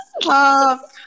Stop